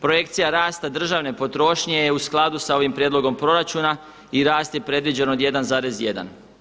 Projekcija rasta državne potrošnje je u skladu s ovim prijedlogom proračuna i rast je predviđen od 1,1.